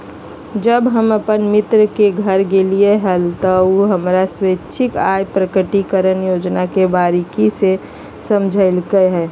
जब हम अपन मित्र के घर गेलिये हल, त उ हमरा स्वैच्छिक आय प्रकटिकरण योजना के बारीकि से समझयलकय